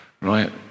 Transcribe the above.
Right